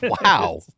Wow